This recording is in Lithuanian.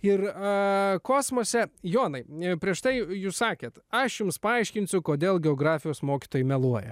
ir kosmose jonai ne prieš tai jūs sakėte aš jums paaiškinsiu kodėl geografijos mokytojai meluoja